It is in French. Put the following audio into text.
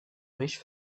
riches